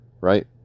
right